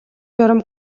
журам